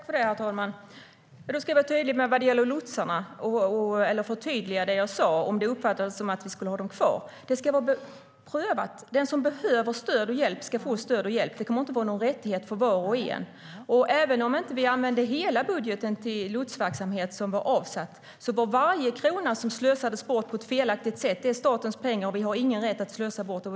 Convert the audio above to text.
Herr talman! Jag ska förtydliga det jag sa om lotsarna om det uppfattades som att vi ska ha dem kvar. Det ska vara prövat. Den som behöver stöd och hjälp ska få det. Det kommer inte att vara någon rättighet för var och en. Även om vi inte använde hela den avsatta budgeten till lotsverksamheten var varje krona som slösades bort statens pengar, och vi har ingen rätt att slösa bort dem.